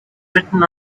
written